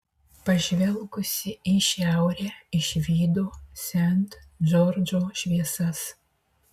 pažvelgusi į šiaurę išvydo sent džordžo šviesas